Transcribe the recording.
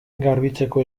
garbitzeko